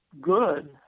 good